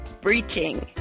breaching